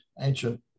ancient